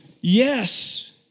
Yes